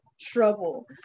trouble